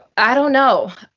i don't know.